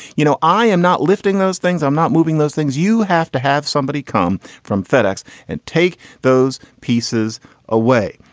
you know, i am not lifting those things. i'm not moving those things. you have to have somebody come from fedex and take those pieces away.